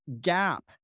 gap